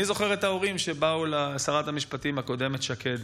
אני זוכר את ההורים שבאו לשרת המשפטים הקודמת שקד